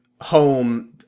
home